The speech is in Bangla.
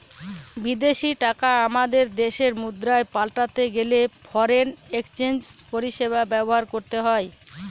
বিদেশী টাকা আমাদের দেশের মুদ্রায় পাল্টাতে গেলে ফরেন এক্সচেঞ্জ পরিষেবা ব্যবহার করতে হয়